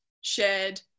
shared